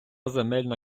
земельна